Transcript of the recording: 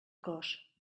cos